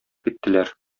киттеләр